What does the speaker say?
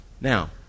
Now